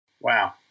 Wow